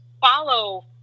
follow